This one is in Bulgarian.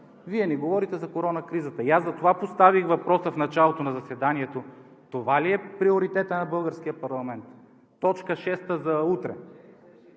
Вие ни говорите за коронакризата. И аз затова поставих въпроса в началото на заседанието: това ли е приоритетът на българския парламент – точка шеста за утре?